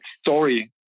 story